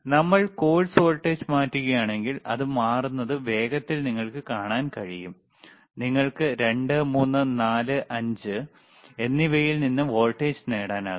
നമ്മൾ coarse voltage മാറ്റുകയാണെങ്കിൽ അത് മാറുന്നത് വേഗത്തിൽ നിങ്ങൾക്ക് കാണാനാകും കൂടാതെ നിങ്ങൾക്ക് 2 3 4 5 എന്നിവയിൽ നിന്ന് വോൾട്ടേജ് നേടാനാകും